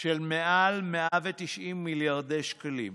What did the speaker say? של מעל 190 מיליארדי שקלים,